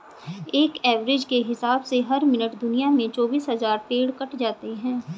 एक एवरेज के हिसाब से हर मिनट दुनिया में चौबीस हज़ार पेड़ कट जाते हैं